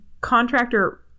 contractor